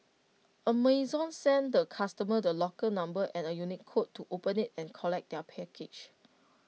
Amazon sends the customer the locker number and A unique code to open IT and collect their package